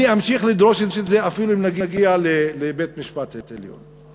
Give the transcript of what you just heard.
אני אמשיך לדרוש את זה אפילו אם נגיע לבית-המשפט העליון,